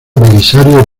belisario